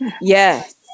yes